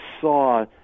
saw